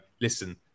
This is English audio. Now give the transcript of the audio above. listen